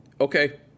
Okay